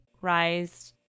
rise